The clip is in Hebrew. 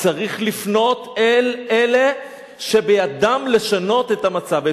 צריך לפנות אל אלה שבידם לשנות את המצב.